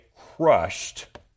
crushed